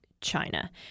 China